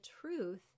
truth